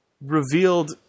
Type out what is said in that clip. revealed